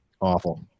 Awful